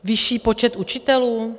Vyšší počet učitelů?